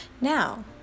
Now